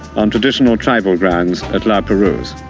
on traditional tribal grounds at la perouse.